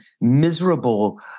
miserable